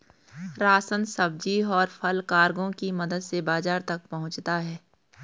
ration, सब्जी, और फल कार्गो की मदद से बाजार तक पहुंचता है